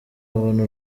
abona